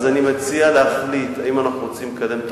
אז אני מציע להחליט אם אנחנו רוצים לקדם את